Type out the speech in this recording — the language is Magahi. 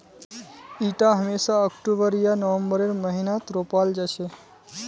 इटा हमेशा अक्टूबर या नवंबरेर महीनात रोपाल जा छे